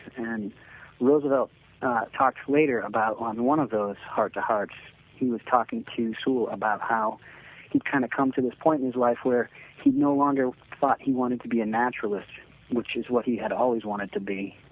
and roosevelt talked later about one one of those heart-to-hearts he was talking to sewall about how he kind of come to this point in his life where he no longer thought he wanted to be a naturalist which is what he had always wanted to be